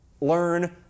Learn